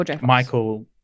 Michael